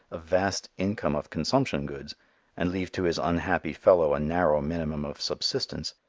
a vast income of consumption goods and leave to his unhappy fellow a narrow minimum of subsistence,